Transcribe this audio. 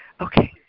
okay